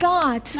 God